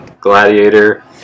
Gladiator